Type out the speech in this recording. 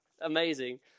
amazing